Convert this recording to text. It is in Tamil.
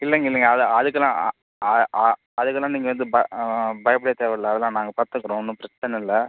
இல்லைங்க இல்லைங்க அது அதுக்கெலாம் அதுக்கெலாம் நீங்கள் எதுவும் ப பயப்படத் தேவையில்ல அதெல்லாம் நாங்கள் பார்த்துக்குறோம் ஒன்றும் பிரச்சனை இல்லை